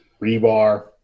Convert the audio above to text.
rebar